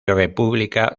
república